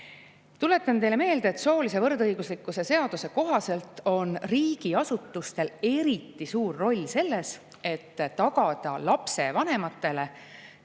täidab. Tuletan teile meelde, et soolise võrdõiguslikkuse seaduse kohaselt on riigiasutustel eriti suur roll selles, et tagada lapsevanematele